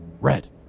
red